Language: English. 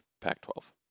Pac-12